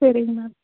சரிங்க மேம்